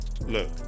Look